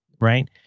right